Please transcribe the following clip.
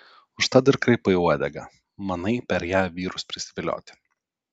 užtat ir kraipai uodegą manai per ją vyrus prisivilioti